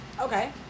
Okay